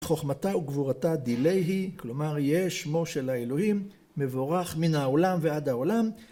חוכמתה וגבורתה דילי היא, כלומר יהיה שמו של האלוהים מבורך מן העולם ועד העולם